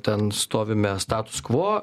ten stovime status kvo